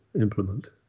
implement